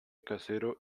casero